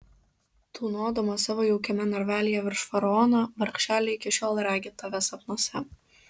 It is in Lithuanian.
tūnodama savo jaukiame narvelyje virš faraono vargšelė iki šiol regi tave sapnuose